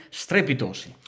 strepitosi